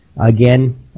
again